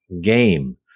game